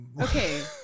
okay